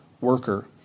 worker